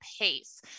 pace